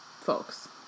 folks